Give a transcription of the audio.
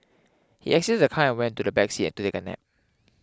he exited the car and went to the back seat and take a nap